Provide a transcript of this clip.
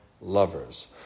lovers